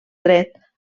dret